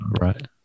Right